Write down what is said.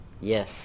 Yes